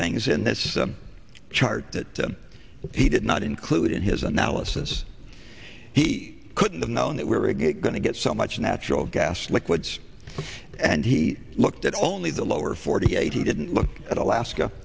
things in this chart that he did not include in his analysis he couldn't have known that we're again going to get so much natural gas liquids and he looked at only the lower forty eight he didn't look at alaska